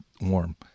warm